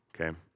Okay